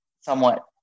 somewhat